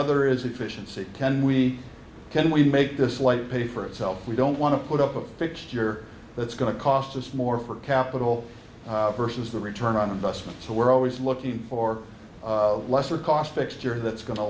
the there is efficiency can we can we make this slight pay for itself we don't want to put up a fixture that's going to cost us more for capital versus the return on investment so we're always looking for a lesser cost fixture that's going to